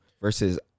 versus